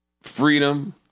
freedom